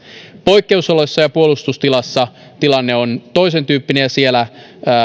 poikkeusoloissa ja puolustustilassa tilanne on toisentyyppinen ja siellä